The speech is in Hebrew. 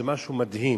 זה משהו מדהים,